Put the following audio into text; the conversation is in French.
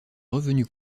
revenus